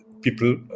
people